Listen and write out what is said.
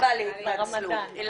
סיבה להתנצלות.